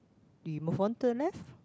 we move on to the left